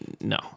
no